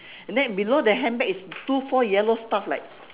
and then below the handbag is two four yellow stuff like